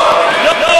לא, לא, לא.